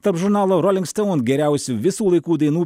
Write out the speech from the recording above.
tarp žurnalo rolling stone geriausių visų laikų dainų